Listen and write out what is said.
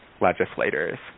legislators